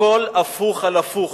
הכול הפוך על הפוך.